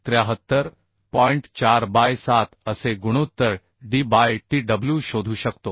4 by 7 असे गुणोत्तर D by Tw शोधू शकतो